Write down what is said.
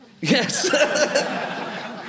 Yes